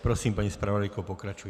Prosím, paní zpravodajko, pokračujte.